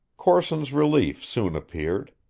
corson's relief soon appeared.